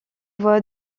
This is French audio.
voix